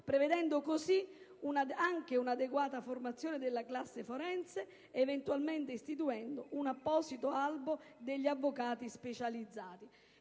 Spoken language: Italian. prevedendo altresì un'adeguata formazione della classe forense, eventualmente istituendo un apposito albo di avvocati specializzati.